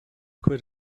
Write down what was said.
quit